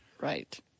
Right